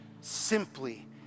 simply